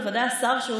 בוודאי השר,